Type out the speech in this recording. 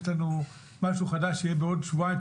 יש לנו משהו חדש שיהיה בעוד שבועיים,